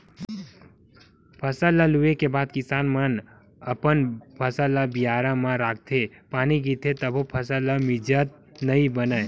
फसल ल लूए के बाद किसान मन अपन फसल ल बियारा म राखथे, पानी गिरथे तभो फसल ल मिजत नइ बनय